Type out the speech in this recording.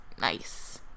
Nice